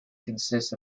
consists